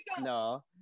no